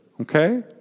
Okay